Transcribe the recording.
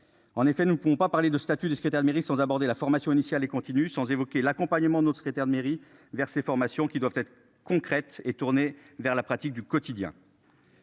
En effet, nous ne pourrons pas parler de statut de secrétaire de mairie sans aborder la formation initiale et continue, sans évoquer l'accompagnement notre secrétaire de mairie vers formations, qui doivent être concrètes et tourné vers la pratique du quotidien.